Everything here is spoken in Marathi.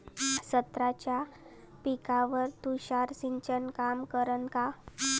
संत्र्याच्या पिकावर तुषार सिंचन काम करन का?